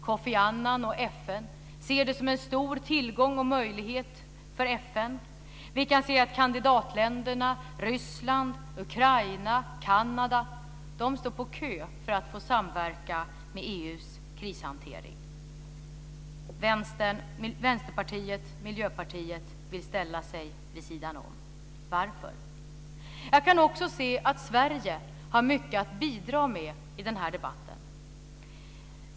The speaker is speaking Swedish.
Kofi Annan och FN ser det som en stor tillgång och möjlighet för FN. Vi kan se att kandidatländerna, Ryssland, Ukraina och Kanada står på kö för att få samverka med EU:s krishantering. Och Vänsterpartiet och Miljöpartiet vill ställa sig vid sidan om. Varför? Jag kan också se att Sverige har mycket att bidra med i denna debatt.